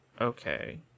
Okay